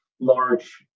large